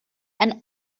and